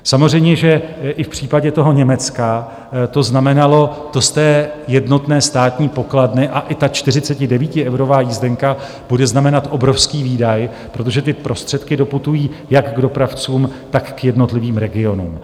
Samozřejmě že i v případě toho Německa to znamenalo to z jednotné státní pokladny a i ta 49eurová jízdenka bude znamenat obrovský výdaj, protože ty prostředky doputují jak k dopravcům, tak k jednotlivým regionům.